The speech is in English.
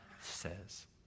says